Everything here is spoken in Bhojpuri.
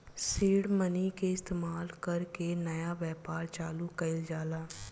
सीड मनी के इस्तमाल कर के नया व्यापार चालू कइल जाला